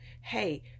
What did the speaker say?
hey